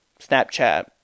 Snapchat